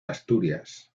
asturias